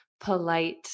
polite